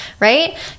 right